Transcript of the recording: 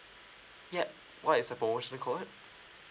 yup what is the promotional code